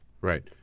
Right